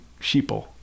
Sheeple